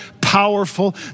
powerful